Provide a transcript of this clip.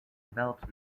developed